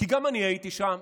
כי גם אני הייתי שם.